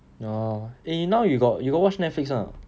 oh eh now you got you got watch Netflix [one] or not